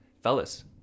Fellas